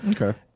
Okay